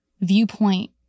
viewpoint